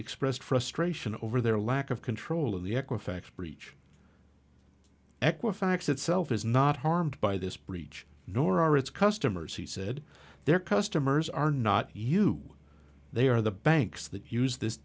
expressed frustration over their lack of control of the equifax breach equifax itself is not harmed by this breach nor are its customers he said their customers are not you they are the banks that use this